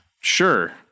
Sure